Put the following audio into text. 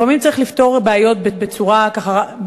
לפעמים צריך לפתור בעיות רק בדיבור.